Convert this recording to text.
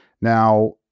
Now